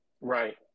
Right